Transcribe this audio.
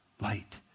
Light